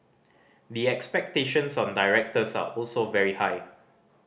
the expectations on directors are also very high